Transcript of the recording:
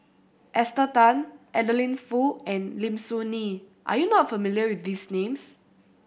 Esther Tan Adeline Foo and Lim Soo Ngee are you not familiar with these names